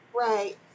Right